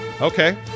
Okay